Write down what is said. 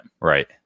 Right